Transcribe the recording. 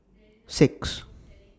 six